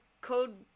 code